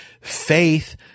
faith